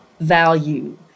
value